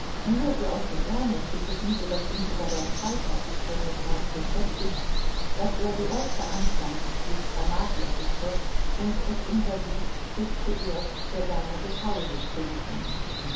nur so aus dem ärmel schüttelten so daß ihm sogar der schweiß auf die stirne trat beschäftigt daß er die erste anstandspflicht vernachlässigte und es unterließ sich zuerst der dame des hauses zu widmen